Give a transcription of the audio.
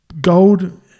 Gold